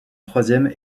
troisième